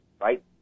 right